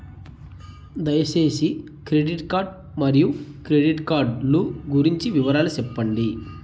దయసేసి credit card మరియు credit card లు గురించి వివరాలు సెప్పండి?